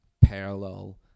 parallel